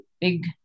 big